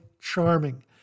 charming